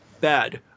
bad